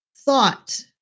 thought